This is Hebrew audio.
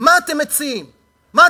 הוא